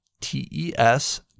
T-E-S